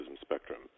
spectrum